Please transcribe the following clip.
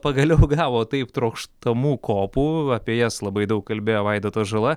pagaliau pagavo taip trokštamų kopų apie jas labai daug kalbėjo vaidotas žala